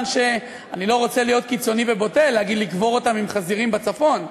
אני לא רוצה להיות קיצוני ובוטה ולהגיד: לקבור אותם עם חזירים בצפון,